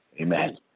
amen